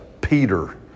Peter